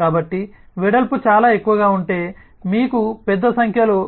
కాబట్టి వెడల్పు చాలా ఎక్కువగా ఉంటే మీకు పెద్ద సంఖ్యలో